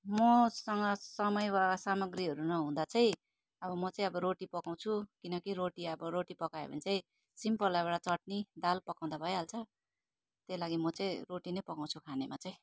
मसँग समय वा सामाग्रीहरू नहुँदा चाहिँ अब म चाहिँ रोटी पकाउँछु किनकि रोटी अब रोटी पकायो भने चाहिँ सिम्पल एउटा चट्नी दाल पकाउँदा भइहाल्छ त्यही लागि म चाहिँ रोटी नै पकाउँछु खानेमा चाहिँ